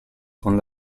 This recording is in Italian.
con